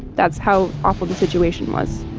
that's how awful the situation was